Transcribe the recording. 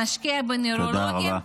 נשקיע בנוירולוגים -- תודה רבה.